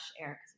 air